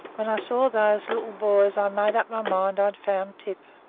when i saw those little boys i made up my mind i'd found tip.